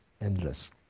endless